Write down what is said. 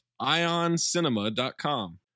IonCinema.com